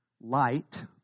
light